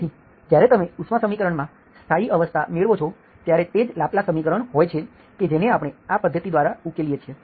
તેથી જ્યારે તમે ઉષ્મા સમીકરણમાં સ્થાયી અવસ્થા મેળવો છો ત્યારે તે જ લાપ્લાસ સમીકરણ હોય છે કે જેને આપણે આ પદ્ધતિ દ્વારા ઉકેલીએ છીએ